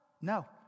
No